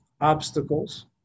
obstacles